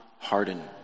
Harden